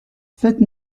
faites